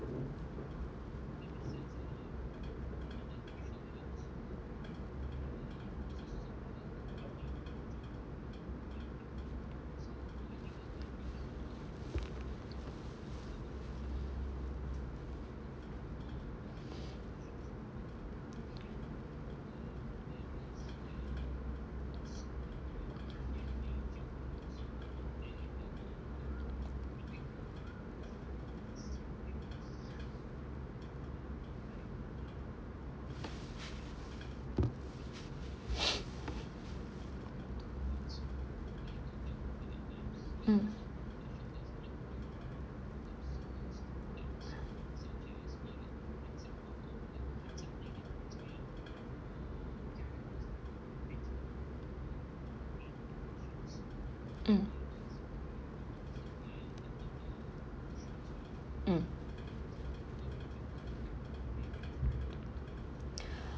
mm mm mm